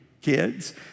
kids